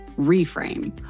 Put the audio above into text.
reframe